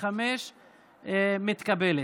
55 והוראת שעה), מתקבלת.